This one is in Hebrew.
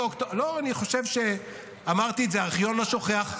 לא, אני חושב שאמרתי את זה, הארכיון לא שוכח.